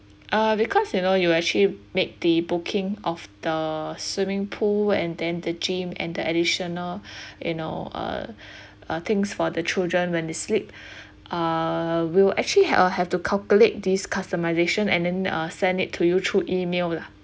ah because you know you actually make the booking of the swimming pool and then the gym and the additional you know uh uh things for the children when they sleep uh we'll actually uh have to calculate this customization and then send it to you through E-mail lah